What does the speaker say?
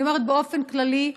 אני אומרת באופן כללי.